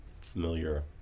familiar